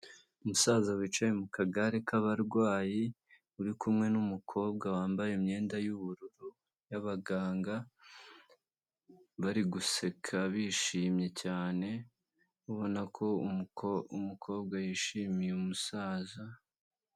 Umusaza wicaye mu kagare k'abarwayi, uri kumwe n'umukobwa wambaye imyenda y'ubururu y'abaganga, bari guseka bishimye cyane, ubona ko umukobwa yishimiye umusaza.